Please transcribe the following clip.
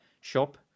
shop